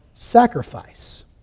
sacrifice